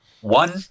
One